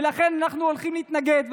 ולכן אנחנו הולכים להתנגד,